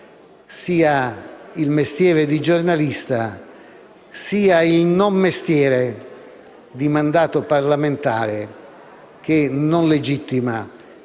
sia il mestiere di giornalista, sia il non mestiere di mandato parlamentare, che non legittima